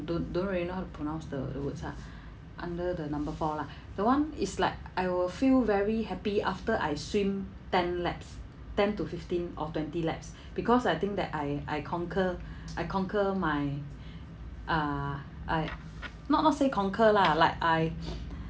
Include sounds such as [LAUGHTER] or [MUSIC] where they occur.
don't don't really know how to pronounce the the words ah under the number four lah the [one] it's like I will feel very happy after I swim ten laps ten to fifteen or twenty laps because I think that I I conquer I conquer my uh I not not say conquer lah like I [BREATH]